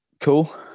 cool